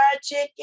chicken